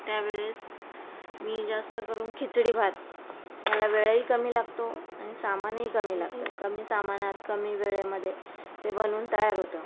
त्यावेळेस मी जास्त करून खिचडी भात याला वेळही कमी लागतो आणि सामानही कमी लागतं कमी सामानात कमी वेळेमध्ये ते बनून तयार होतं